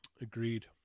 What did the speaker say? agreed